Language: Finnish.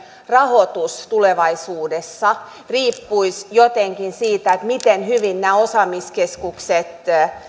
rahoitus tulevaisuudessa riippuisi jotenkin siitä miten hyvin nämä osaamiskeskukset